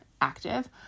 active